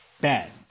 bad